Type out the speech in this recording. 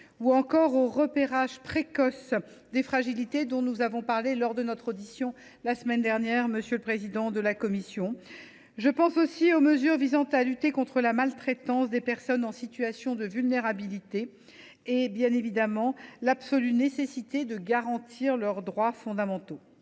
ou encore au repérage précoce des fragilités dont nous avons parlé lors de mon audition par la commission des affaires sociales la semaine dernière. Je pense aussi aux mesures visant à lutter contre la maltraitance des personnes en situation de vulnérabilité et, bien évidemment, à l’absolue nécessité de garantir leurs droits fondamentaux.